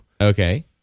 Okay